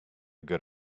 good